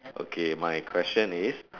okay my question is